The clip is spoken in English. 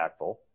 impactful